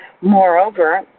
Moreover